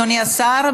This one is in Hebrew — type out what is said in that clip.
אדוני השר.